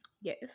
yes